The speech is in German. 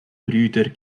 brüder